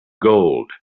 gold